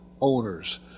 owners